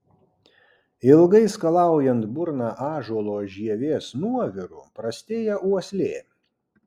ilgai skalaujant burną ąžuolo žievės nuoviru prastėja uoslė